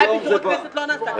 מתי פיזור הכנסת לא נעשה ככה.